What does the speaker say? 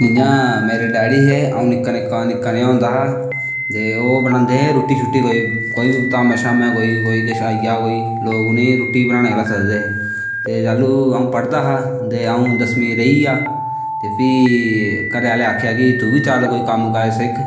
जियां मेरे डैडी हे अं'ऊ निक्का निक्का नेहां होंदा हा ते ओह् बनांदे हे रुट्टी शुट्टी कोई धामां शामां कोई आई जा कोई लोग उनेंगी रुट्टी बनाने गल्ला सद्ददे हे ते जैलूं अंऊ पढ़दा हा ते दसमीं रेही गेआ ते भी घरै आह्लें आक्खेआ की तू बी कोई कम्म काज़ सिक्ख